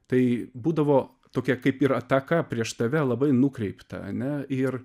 tai būdavo tokia kaip ir ataka prieš tave labai nukreipta ane ir